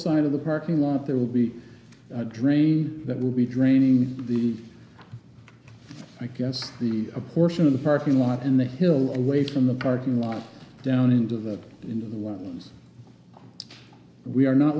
side of the parking lot there will be a drain that will be draining the i guess the a portion of the parking lot and the hill away from the parking lot down into the into the ones we are not